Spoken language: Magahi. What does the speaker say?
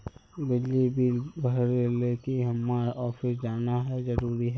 बिजली बिल भरे ले की हम्मर ऑफिस जाना है जरूरी है?